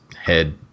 head